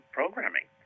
programming